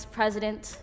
President